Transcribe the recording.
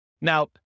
Now